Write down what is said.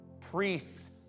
priests